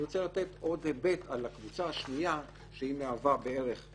אני רוצה לתת עוד היבט על הקבוצה השנייה שהיא כ-30%.